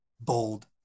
bold